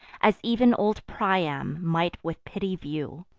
as ev'n old priam might with pity view.